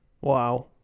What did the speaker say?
wow